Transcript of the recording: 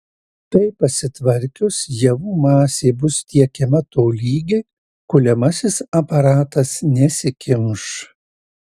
tai pasitvarkius javų masė bus tiekiama tolygiai kuliamasis aparatas nesikimš